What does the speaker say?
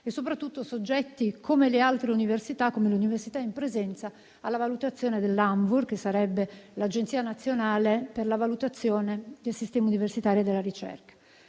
e soprattutto soggetti, come le altre università, come le università in presenza, alla valutazione dell'ANVUR, che è l'Agenzia nazionale per la valutazione del sistema universitario e della ricerca.